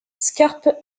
scarpe